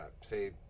say